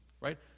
Right